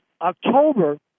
October